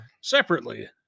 Separately